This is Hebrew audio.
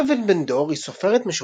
יוכבד בן-דור היא סופרת,